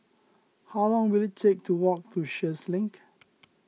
how long will it take to walk to Sheares Link